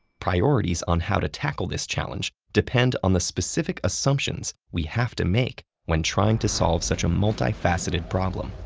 priorities on how to tackle this challenge depend on the specific assumptions we have to make when trying to solve such a multifaceted problem.